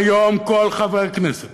היום כל חבר כנסת